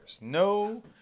No